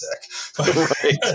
sick